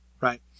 right